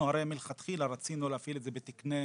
אנחנו הרי מלכתחילה רצינו להפעיל את זה בתקציב